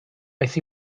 aeth